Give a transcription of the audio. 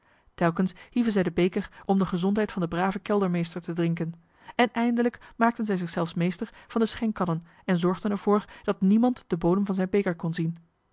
telkens hieven zij den beker om de gezondheid van den braven keldermeester te drinken en eindelijk maakten zij zich zelfs meester van de schenkkannen en zorgden er voor dat niemand den bodem van zijn beker kon zien